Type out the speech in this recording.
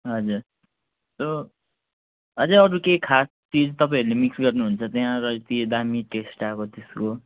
हजुर त्यो अझ अरू केही खास चिज तपाईँहरूले मिक्स गर्नु हुन्छ त्यहाँ र त्यही दामी टेस्ट अब त्यसको